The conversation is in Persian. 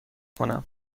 کنم